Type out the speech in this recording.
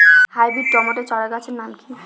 Hybrid tomato চারাগাছের নাম কি?